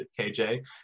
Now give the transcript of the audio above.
KJ